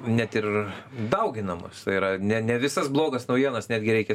net ir dauginamos tai yra ne ne visas blogas naujienas netgi reikia